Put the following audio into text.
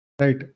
Right